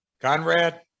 Conrad